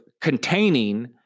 containing